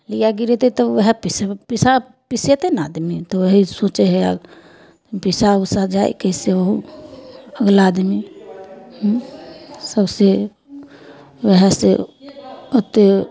लिआ गिरेतै तऽ वएह पीस पिसा पिसेतै ने आदमी तऽ वएह सोचै हइ पिसा उसा जाए कइसेहुँ अगिला आदमी सबसे वएह से ओत्ते